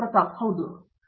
ಪ್ರತಾಪ್ ಹರಿಡೋಸ್ ಹೌದು ಹೌದು